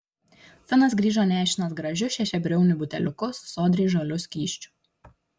finas grįžo nešinas gražiu šešiabriauniu buteliuku su sodriai žaliu skysčiu